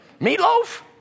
Meatloaf